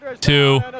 two